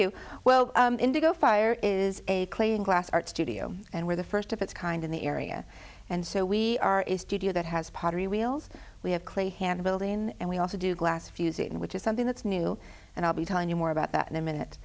you well indigo fire is a clay and glass art studio and we're the first of its kind in the area and so we are is studio that has pottery wheels we have clay hand building and we also do glass fusing which is something that's new and i'll be telling you more about that in a minute